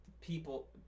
people